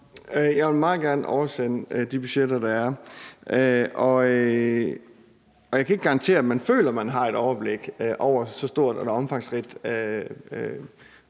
Jeg vil meget gerne oversende de budgetter, der er. Jeg kan ikke garantere, at man føler, man har et overblik over så omfangsrigt